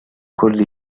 كرم